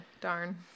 darn